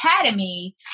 academy